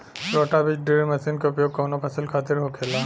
रोटा बिज drill machine के उपयोग कऊना फसल खातिर होखेला?